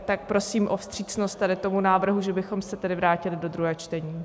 Tak prosím o vstřícnost tady tomu návrhu, že bychom se tedy vrátili do druhého čtení.